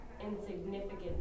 insignificant